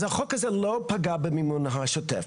אז החוק הזה לא פגע במימון השוטף,